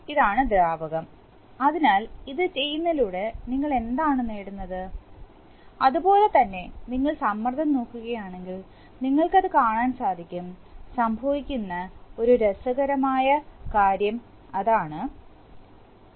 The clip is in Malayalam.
ഇതാണ് ദ്രാവകം അതിനാൽ ഇത് ചെയ്യുന്നതിലൂടെ ഞങ്ങൾ എന്താണ് നേടുന്നത് അതുപോലെ തന്നെ നിങ്ങൾ സമ്മർദ്ദം നോക്കുകയാണെങ്കിൽ നിങ്ങൾക്ക് അത് കാണാൻ സാധിക്കും സംഭവിക്കുന്ന ഒരു രസകരമായ കാര്യം അതാണ് A 0